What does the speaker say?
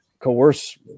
coerce